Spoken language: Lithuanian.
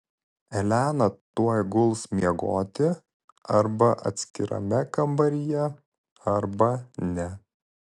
elena tuoj guls miegoti arba atskirame kambaryje arba ne